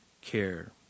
care